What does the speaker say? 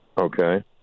Okay